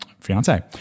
fiance